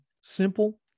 simple